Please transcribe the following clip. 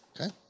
Okay